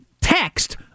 text